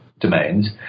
domains